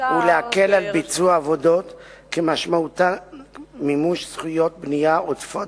ולהקל על ביצוע עבודות שמשמעותן מימוש זכויות בנייה עודפות